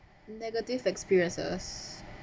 negative experiences